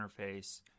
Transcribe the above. interface